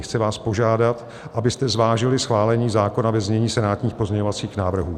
Chci vás požádat, abyste zvážili schválení zákona ve znění senátních pozměňovacích návrhů.